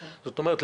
זאת אומרת,